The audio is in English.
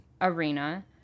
arena